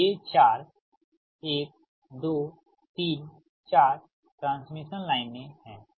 तो ये 4 1 2 3 4 ट्रांसमिशन लाइनें हैं